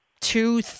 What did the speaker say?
two